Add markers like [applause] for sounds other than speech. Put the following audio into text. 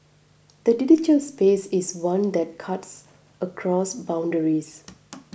the digital space is one that cuts across boundaries [noise]